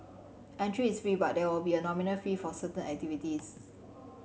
entry is free but there will be a nominal fee for certain activities